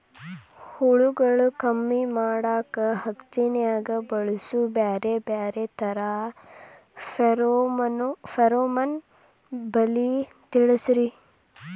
ಹುಳುಗಳು ಕಮ್ಮಿ ಮಾಡಾಕ ಹತ್ತಿನ್ಯಾಗ ಬಳಸು ಬ್ಯಾರೆ ಬ್ಯಾರೆ ತರಾ ಫೆರೋಮೋನ್ ಬಲಿ ತಿಳಸ್ರಿ